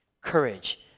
courage